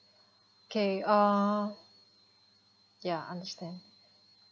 okay uh yeah understand